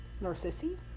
Narcissi